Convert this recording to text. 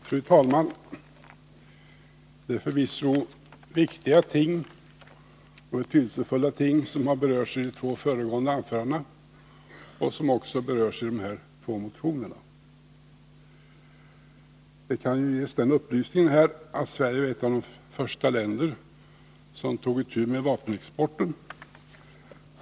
Fru talman! Det är förvisso viktiga och betydelsefulla ting som har berörts i de två föregående anförandena och också i de båda motionerna. Det kan här ges upplysningen, att Sverige är ett av de länder som först tog itu med vapenexporten.